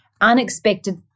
unexpected